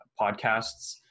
podcasts